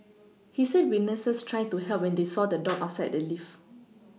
he said witnesses tried to help when they saw the dog outside the lift